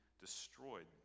Destroyed